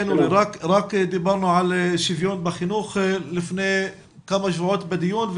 רק דיברנו של שוויון בחינוך לפני כמה שבועות בדיון,